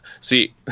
See